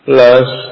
E